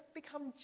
become